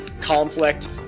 conflict